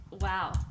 wow